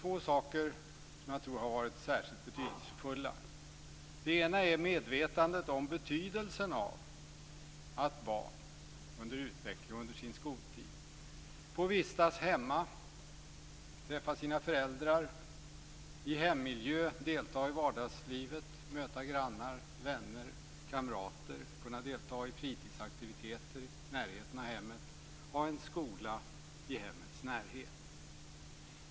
Två saker har varit särskilt betydelsefulla. Den ena är medvetandet av betydelsen av att barn under sin utveckling och under sin skoltid får vistas hemma, träffa sina föräldrar i hemmiljö, delta i vardagslivet, möta grannar, vänner och kamrater, kan delta i fritidsaktiviteter i närheten av hemmet, ha en skola i hemmets närhet.